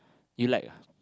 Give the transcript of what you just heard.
you like